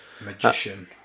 Magician